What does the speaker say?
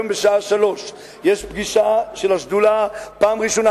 היום בשעה 15:00 יש פגישה של השדולה בפעם הראשונה